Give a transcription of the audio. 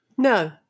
No